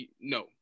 no